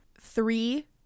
three